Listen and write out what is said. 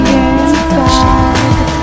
inside